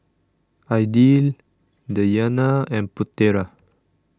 Aidil Dayana and Putera